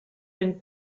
une